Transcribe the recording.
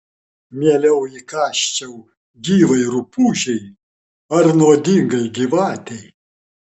mieliau įkąsčiau gyvai rupūžei ar nuodingai gyvatei